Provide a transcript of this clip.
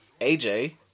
AJ